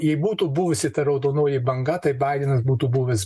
jei būtų buvusi ta raudonoji banga tai baidenas būtų buvęs